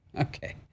Okay